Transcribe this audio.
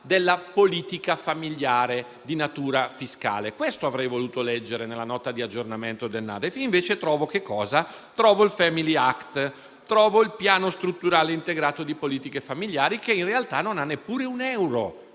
della politica familiare di natura fiscale. Questo avrei voluto leggere nella Nota di aggiornamento al DEF e invece cosa trovo? Trovo il *family act*, trovo il piano strutturale integrato di politiche familiari, che in realtà non ha neppure un euro